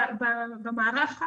בדיוק.